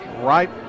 right